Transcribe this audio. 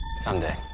sunday